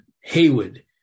Haywood